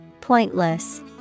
Pointless